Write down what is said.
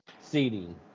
Seating